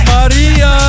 Maria